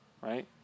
right